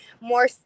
more